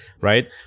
right